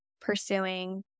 pursuing